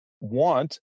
want